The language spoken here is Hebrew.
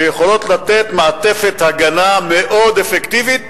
שיכולות לתת מעטפת הגנה מאוד אפקטיבית